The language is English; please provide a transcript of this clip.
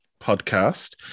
podcast